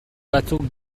batzuk